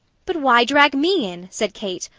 but why drag me in? said kate,